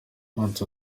ati